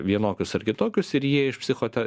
vienokius ar kitokius ir jie iš psichote